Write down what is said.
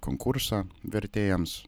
konkursą vertėjams